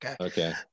okay